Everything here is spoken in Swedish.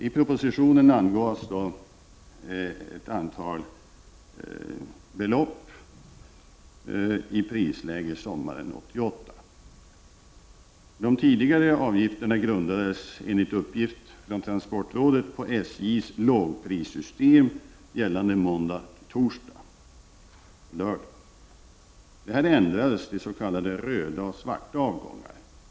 I propositionen angavs ett antal belopp i prisläget sommaren 1988. De tidigare angivna avgifterna grundades enligt uppgift från transportrådet på SJ:s lågprissystem gällande måndag till torsdag och lördag. Detta ändrades till s.k. röda och svarta avgångar.